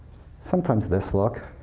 sometimes this look,